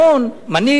מנהיג קדימה,